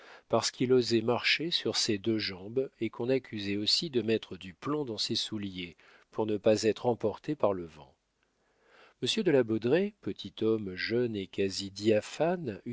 parce qu'il osait marcher sur ses deux jambes et qu'on accusait aussi de mettre du plomb dans ses souliers pour ne pas être emporté par le vent monsieur de la baudraye petit homme jaune et quasi diaphane